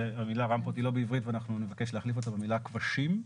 המילה רמפות היא לא בעברית ואנחנו נבקש להחליף אותה במילה כבשים.